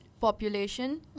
Population